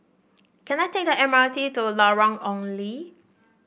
can I take the M R T to Lorong Ong Lye